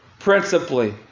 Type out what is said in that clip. principally